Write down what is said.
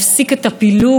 לדאוג לאחדות,